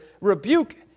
rebuke